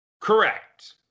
Correct